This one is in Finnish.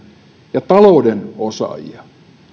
ja talouden osaajia